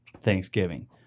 Thanksgiving